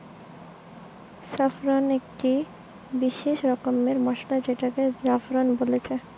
saffron একটি বিসেস রকমের মসলা যেটাকে জাফরান বলছে